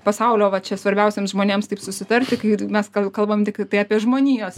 pasaulio va čia svarbiausiems žmonėms taip susitarti kai mes kalbam tiktai apie žmonijos